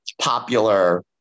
popular